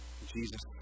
Jesus